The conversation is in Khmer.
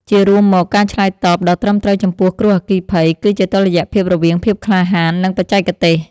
ជារួមមក ការឆ្លើយតបដ៏ត្រឹមត្រូវចំពោះគ្រោះអគ្គីភ័យ គឺជាតុល្យភាពរវាងភាពក្លាហាន និងបច្ចេកទេស។